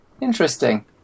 Interesting